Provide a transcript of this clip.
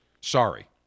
Sorry